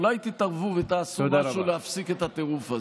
אולי תתערבו ותעשו משהו להפסיק את הטירוף הזה.